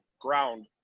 ground